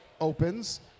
opens